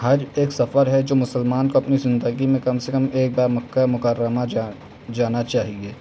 حج ایک سفر ہے جو مسلمان کو اپنی زندگی میں کم سے کم ایک بار مکہ مکرمہ جا جانا چاہیے